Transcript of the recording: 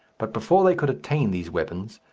but before they could attain these weapons,